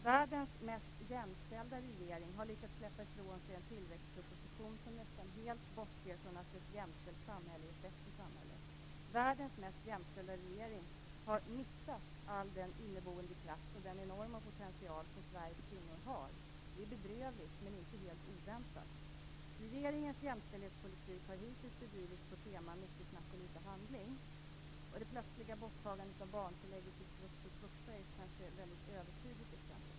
Världens mest jämställda regering har lyckats släppa ifrån sig en tillväxtproposition som nästan helt bortser från att ett jämställt samhälle är ett bättre samhälle. Världens mest jämställda regering har missat all den inneboende kraft och den enorma potential som Sveriges kvinnor har. Det är bedrövligt, men inte helt oväntat. Regeringens jämställdhetspolitik har hittills bedrivits på temat mycket snack och litet handling. Det plötsliga borttagandet av barntillägget i svux och svuxa är kanske ett mycket övertydligt exempel på det.